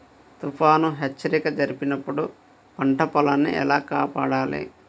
తుఫాను హెచ్చరిక జరిపినప్పుడు పంట పొలాన్ని ఎలా కాపాడాలి?